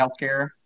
healthcare